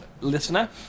listener